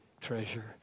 treasure